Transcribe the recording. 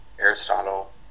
Aristotle